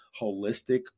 holistic